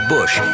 Bush